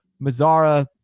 Mazzara